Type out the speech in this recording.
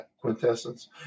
quintessence